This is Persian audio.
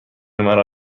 مرا